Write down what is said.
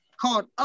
Called